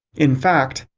in fact,